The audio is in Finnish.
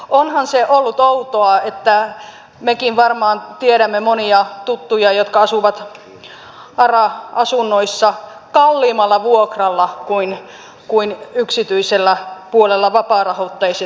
onhan se ollut outoa mekin varmaan tiedämme monia tuttuja jotka asuvat ara asunnoissa kalliimmalla vuokralla kuin mitä maksetaan yksityisellä puolella vapaarahoitteisista asunnoista